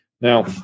Now